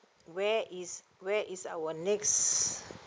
where is where is our next